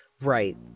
Right